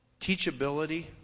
teachability